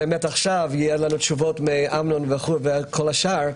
עכשיו יהיו לנו תשובות מאמנון וכל השאר.